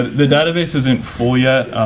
the database isn't full yet,